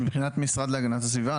מבחינת המשרד להגנת הסביבה,